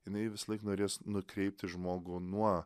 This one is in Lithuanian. jinai visąlaik norės nukreipti žmogų nuo